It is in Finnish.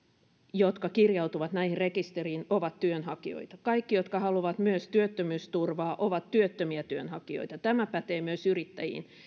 jotka kirjautuvat näihin rekistereihin ovat työnhakijoita kaikki jotka haluavat myös työttömyysturvaa ovat työttömiä työnhakijoita tämä pätee myös yrittäjiin